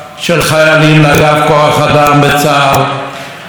הישיבות הן בית היוצר לתלמידי חכמים,